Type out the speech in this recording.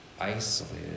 isolated